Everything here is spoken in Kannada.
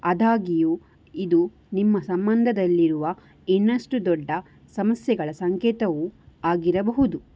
ಅದಾಗಿಯೂ ಇದು ನಿಮ್ಮ ಸಂಬಂಧದಲ್ಲಿರುವ ಇನ್ನಷ್ಟು ದೊಡ್ಡ ಸಮಸ್ಯೆಗಳ ಸಂಕೇತವೂ ಆಗಿರಬಹುದು